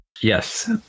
Yes